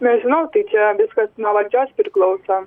nežinau tai čia viskas nuo valdžios priklauso